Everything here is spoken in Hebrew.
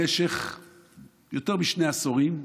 במשך יותר משני עשורים,